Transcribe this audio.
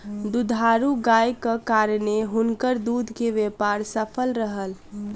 दुधारू गायक कारणेँ हुनकर दूध के व्यापार सफल रहल